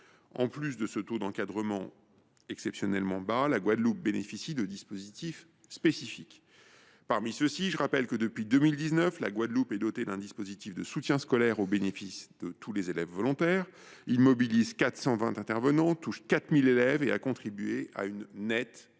En plus de ce taux d’encadrement exceptionnellement bas, la Guadeloupe bénéficie de dispositifs spécifiques. À cet égard, je rappelle notamment que, depuis 2019, la Guadeloupe est dotée d’un dispositif de soutien scolaire auquel sont éligibles tous les élèves volontaires. Ce dispositif, qui mobilise 420 intervenants, touche 4 000 élèves et a contribué à une nette amélioration